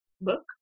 book